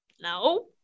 no